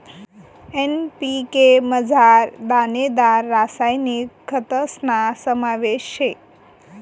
NPK मझार दानेदार रासायनिक खतस्ना समावेश शे